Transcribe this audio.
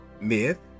Myth